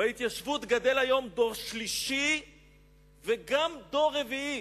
בהתיישבות גדל היום דור שלישי וגם דור רביעי.